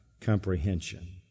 comprehension